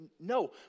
no